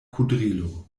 kudrilo